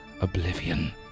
oblivion